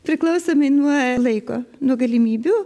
priklausomai nuo laiko nuo galimybių